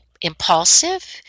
impulsive